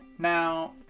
Now